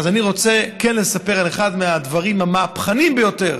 אני רוצה לספר על אחד הדברים המהפכניים ביותר